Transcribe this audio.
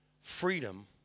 freedom